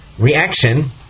reaction